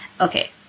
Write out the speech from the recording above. Okay